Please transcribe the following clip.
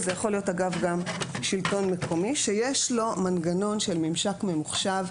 וזה יכול להיות גם שלטון מקומי שיש לו מנגנון של ממשק ממוחשב,